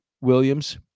Williams